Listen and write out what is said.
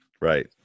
Right